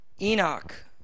Enoch